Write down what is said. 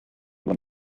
when